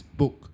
book